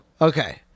Okay